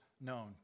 known